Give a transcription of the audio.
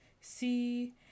see